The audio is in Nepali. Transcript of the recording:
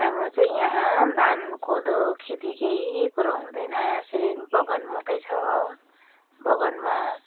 हाम्रो चाहिँ यहाँ धान कोदो खेती केही कुरो हुँदैन यसरी बगान मात्र छ बगानमा